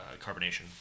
carbonation